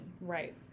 Right